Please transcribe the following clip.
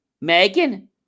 Megan